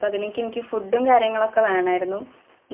അപ്പോള് അതിലേക്ക് എനിക്ക് ഫുഡും കാര്യങ്ങളൊക്കെ വേണമായിരുന്നു